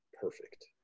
perfect